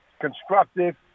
constructive